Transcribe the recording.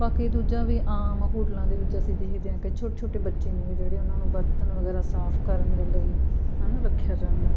ਬਾਕੀ ਦੂਜਾ ਵੀ ਆਮ ਹੋਟਲਾਂ ਦੇ ਵਿੱਚ ਅਸੀਂ ਦੇਖਦੇ ਹਾਂ ਕਿ ਛੋਟੇ ਛੋਟੇ ਬੱਚੇ ਨੇ ਜਿਹੜੇ ਉਹਨਾਂ ਨੂੰ ਬਰਤਨ ਵਗੈਰਾ ਸਾਫ਼ ਕਰਨ ਦੇ ਲਈ ਹੈ ਨਾ ਰੱਖਿਆ ਜਾਂਦਾ